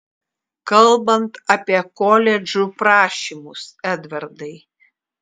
kalbant apie koledžų prašymus edvardai